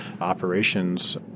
operations